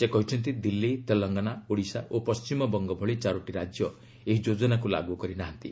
ସେ କହିଛନ୍ତି ଦିଲ୍ଲୀ ତେଲଙ୍ଗାନା ଓଡ଼ିଶା ଓ ପଣ୍ଢିମବଙ୍ଗ ଭଳି ଚାରୋଟି ରାଜ୍ୟ ଏହି ଯୋଜନାକୁ ଲାଗୁ କରିନାହାନ୍ତି